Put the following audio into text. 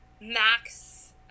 max